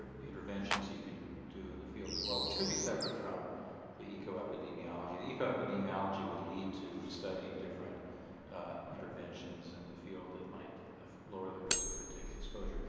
interventions you can do in the field as well which could be separate from the eco-epidemiology. the eco-epidemiology would lead to studying different interventions in the field that might lower the risk for tick exposure.